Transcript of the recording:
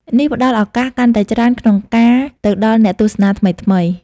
នេះផ្តល់ឱកាសកាន់តែច្រើនក្នុងការទៅដល់អ្នកទស្សនាថ្មីៗ។